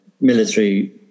military